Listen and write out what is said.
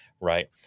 right